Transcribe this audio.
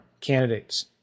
candidates